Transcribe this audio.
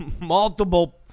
multiple